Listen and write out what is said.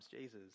Jesus